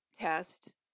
test